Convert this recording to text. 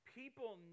people